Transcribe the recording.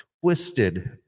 Twisted